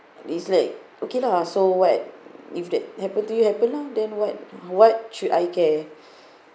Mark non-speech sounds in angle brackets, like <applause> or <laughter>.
it's like okay lah so what if that happen to you happen lah then what what should I care <breath>